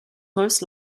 most